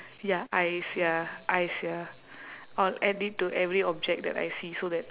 ya eyes ya eyes ya I'll add it to every object that I see so that